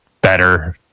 better